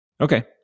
okay